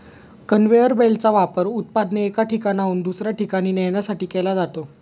conveyor बेल्टचा वापर उत्पादने एका ठिकाणाहून दुसऱ्या ठिकाणी नेण्यासाठी केला जातो